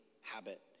habit